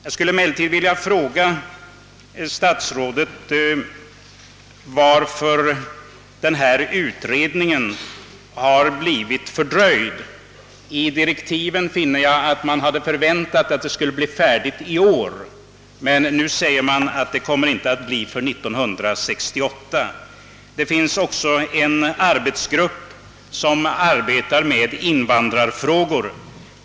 Jag skulle emellertid vilja fråga statsrådet varför denna utredning blivit fördröjd. I direktiven finner jag att man hade förväntat att den skulle bli färdig i år, men nu uttalas det att den inte kommer att bli färdig förrän år 1968. Det finns också en arbetsgrupp som arbetar med invandrarfrågor.